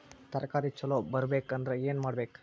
ತರಕಾರಿ ಛಲೋ ಬರ್ಬೆಕ್ ಅಂದ್ರ್ ಏನು ಮಾಡ್ಬೇಕ್?